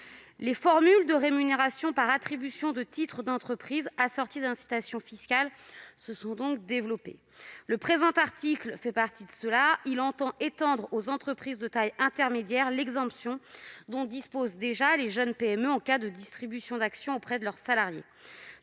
Les formules de rémunération par attribution de titres d'entreprise, assorties d'incitations fiscales, se sont donc développées. Le présent article en fait partie : il étend aux entreprises de taille intermédiaire l'exemption dont disposent déjà les jeunes PME en cas de distribution d'actions à leurs salariés